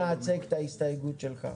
אנא הצג את ההסתייגות שלך.